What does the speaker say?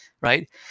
right